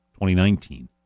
2019